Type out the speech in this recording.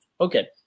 Okay